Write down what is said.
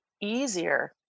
easier